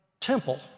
temple